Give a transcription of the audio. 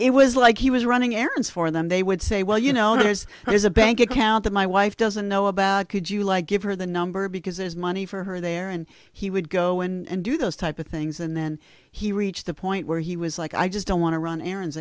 it was like he was running errands for them they would say well you know there's there's a bank account that my wife doesn't know about could you like give her the number because there's money for her there and he would go and do those type of things and then he reached the point where he was like i just don't want to run errands